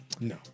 No